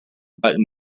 button